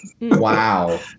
wow